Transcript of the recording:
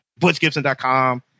butchgibson.com